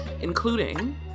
including